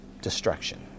destruction